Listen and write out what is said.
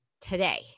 today